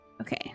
Okay